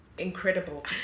incredible